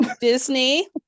Disney